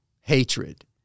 hatred